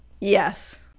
Yes